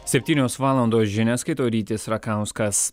septynios valandos žinias skaito rytis rakauskas